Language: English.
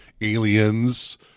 Aliens